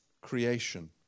Creation